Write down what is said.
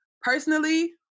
Personally